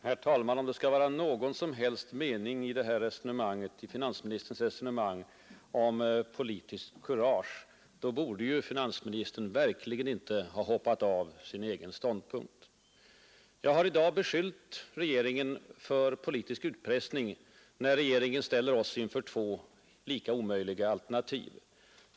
Herr talman! Om det skall vara någon som helst mening i finansministerns resonemang om politiskt kurage, då borde finansministern verkligen inte ha hoppat av från sin egen ståndpunkt. Jag har i dag beskyllt regeringen för politisk utpressning när regeringen ställer oss inför två lika omöjliga alternativ.